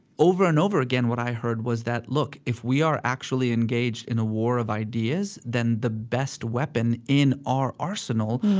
over and over again, what i heard was that, look, if we are actually engaged in a war of ideas, then the best weapon in our arsenal,